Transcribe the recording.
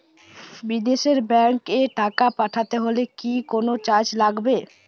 বিদেশের ব্যাংক এ টাকা পাঠাতে হলে কি কোনো চার্জ লাগবে?